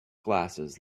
glasses